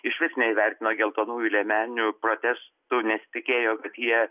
išvis neįvertino geltonųjų liemenių protestų nesitikėjo kad jie